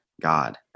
God